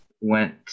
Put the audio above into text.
went